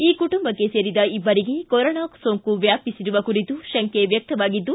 ಈ ಕುಟುಂಬಕ್ಕೆ ಸೇರಿದ ಇಬ್ಬರಿಗೆ ಕೊರೋನಾ ಸೋಂಕು ವ್ಯಾಪಿಸಿರುವ ಕುರಿತು ಶಂಕೆ ವ್ಯಕ್ಷವಾಗಿದ್ದು